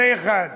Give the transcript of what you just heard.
זה דבר אחד.